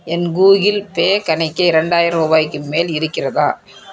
என் Google Pay கணக்கில் ரெண்டாயிரம் ரூபாய்க்கு மேல் இருக்கிறதா